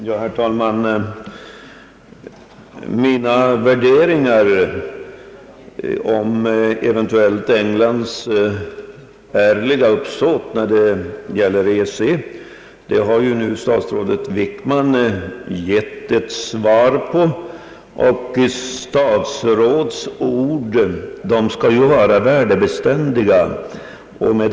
Herr talman! Mina värderingar om eventuellt Englands ärliga uppsåt när det gäller EEC har statsrådet Wickman nu gett ett svar på — och statsrådsord skall ju vara värdebeständiga.